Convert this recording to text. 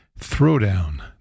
Throwdown